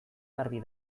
garbi